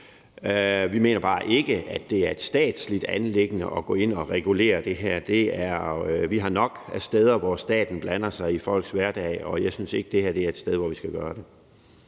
Vi mener bare ikke, det er et statsligt anliggende at gå ind og regulere det her. Vi har nok af steder, hvor staten blander sig i folks hverdag, og jeg synes ikke, det her er et sted, hvor vi skal gøre det.